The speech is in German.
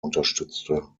unterstützte